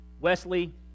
Wesley